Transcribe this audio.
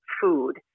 food